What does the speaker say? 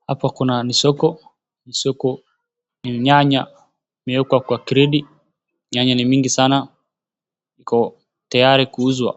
Soko kuna nyanya imeekwa kwa creti. Ni mingi sana iko tayari kuuzwa.